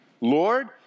Lord